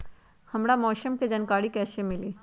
हमरा मौसम के जानकारी कैसी मिली?